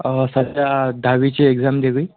सध्या दहावीचे एक्झाम दिवी